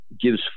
gives